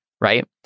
right